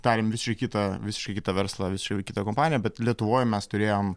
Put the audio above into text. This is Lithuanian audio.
darėm visiškai kitą visiškai kitą verslą visiškai kitą kompaniją bet lietuvoj mes turėjom